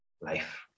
life